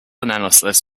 analysis